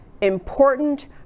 important